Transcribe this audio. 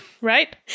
Right